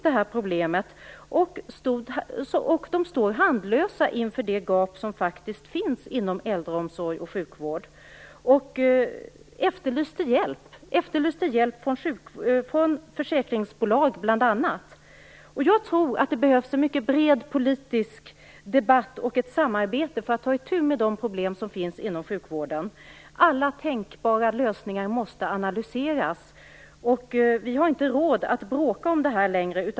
De stod handfallna inför det gap som faktiskt finns inom äldreomsorg och sjukvård, och de efterlyste hjälp från bl.a. försäkringsbolag. Jag tror att det behövs en mycket bred politisk debatt och ett samarbete för att ta itu med de problem som finns inom sjukvården. Alla tänkbara lösningar måste analyseras. Vi har inte råd att bråka om det här längre.